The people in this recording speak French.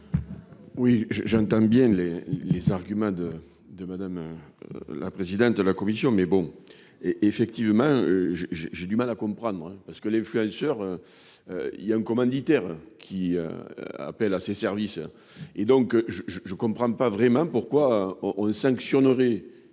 Oui je, j'entends bien les les arguments de de madame. La présidente de la commission mais bon et effectivement j'ai j'ai j'ai du mal à comprendre parce que les frères et soeurs. Il y a un commanditaire qui. Appelle à ses services et donc je je je comprends pas vraiment pourquoi on sanctionnerait